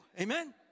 Amen